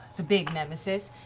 the big nemesis,